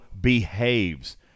behaves